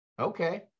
Okay